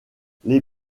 les